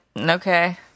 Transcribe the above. okay